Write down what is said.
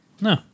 No